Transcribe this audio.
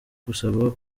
gusaba